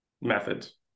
methods